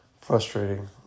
frustrating